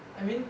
I mean